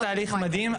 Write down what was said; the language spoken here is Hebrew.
עשה תהליך מדהים,